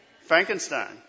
Frankenstein